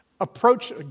Approach